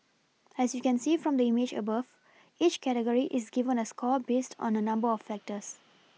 as you can see from the image above each category is given a score based on a number of factors